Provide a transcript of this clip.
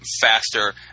faster